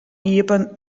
iepen